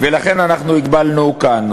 לכן הגבלנו כאן.